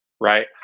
right